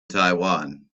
taiwan